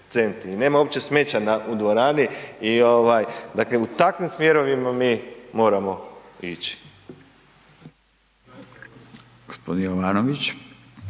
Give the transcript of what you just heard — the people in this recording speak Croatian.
centi i nema uopće smeća u dvorani i dakle u takvim smjerovima mi moramo ići. **Radin, Furio